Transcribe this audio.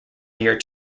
year